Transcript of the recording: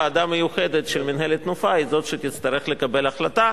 ועדה מיוחדת של מינהלת "תנופה" היא זאת שתצטרך לקבל החלטה,